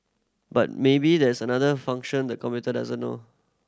but maybe there's another function the computer doesn't know